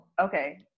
Okay